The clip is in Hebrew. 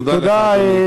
תודה לך, אדוני.